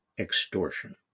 extortion